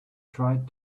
tried